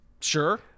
Sure